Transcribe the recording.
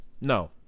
no